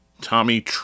Tommy